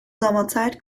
sommerzeit